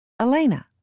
Elena